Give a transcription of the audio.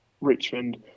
Richmond